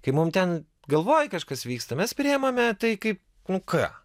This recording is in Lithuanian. kai mum ten galvoj kažkas vyksta mes priimame tai kaip nu ką